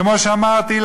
כמו שאמרתי,